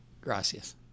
gracias